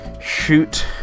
shoot